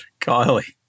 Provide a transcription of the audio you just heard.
Kylie